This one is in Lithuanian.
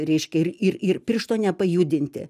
reiškia ir ir ir piršto nepajudinti